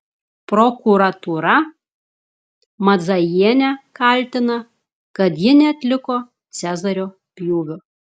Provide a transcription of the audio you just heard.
prokuratūra madzajienę kaltina kad ji neatliko cezario pjūvio